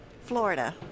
Florida